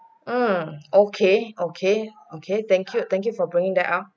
mm okay okay okay thank you thank you for bringing that up